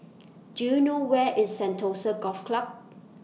Do YOU know Where IS Sentosa Golf Club